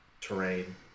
terrain